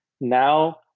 Now